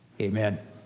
Amen